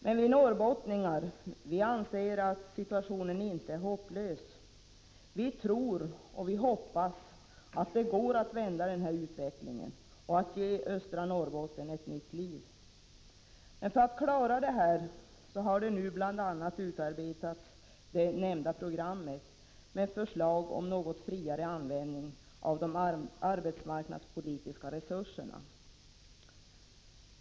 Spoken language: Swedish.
Men vi norrbottningar anser att situationen inte är hopplös. Vi tror och vi hoppas att det går att vända utvecklingen och att ge östra Norrbotten ett nytt liv. För att klara det har bl.a. utarbetats det nämnda programmet med förslag om något friare användning av de arbetsmarknadspolitiska resurserna.